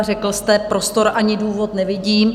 Řekl jste: prostor ani důvod nevidím.